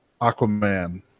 Aquaman